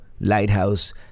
Lighthouse